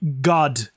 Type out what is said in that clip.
God